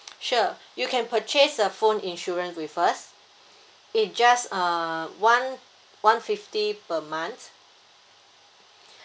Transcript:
sure you can purchase a phone insurance with us it just uh one one fifty per month